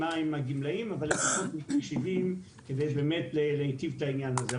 אבל לפחות מגיל 70 כדי באמת להיטיב בעניין הזה.